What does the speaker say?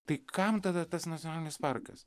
tai kam tada tas nacionalinis parkas